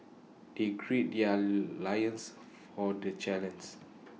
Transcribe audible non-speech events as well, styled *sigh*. they gird their *noise* loins for the *unintelligible*